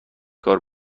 کار